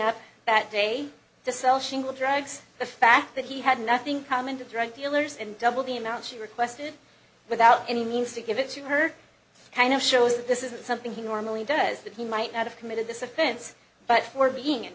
up that day to sell shingle drugs the fact that he had nothing come into drug dealers and double the amount she requested without any means to give it to her kind of shows that this isn't something he normally does that he might not have committed this offense but for being